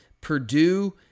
Purdue